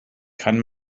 kann